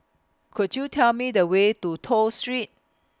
Could YOU Tell Me The Way to Toh Street